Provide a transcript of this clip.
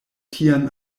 tian